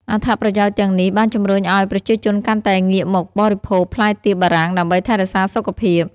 អត្ថប្រយោជន៍ទាំងនេះ បានជំរុញឱ្យប្រជាជនកាន់តែងាកមកបរិភោគផ្លែទៀបបារាំងដើម្បីថែរក្សាសុខភាព។